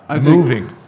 moving